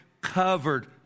covered